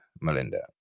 Melinda